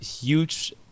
huge